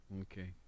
Okay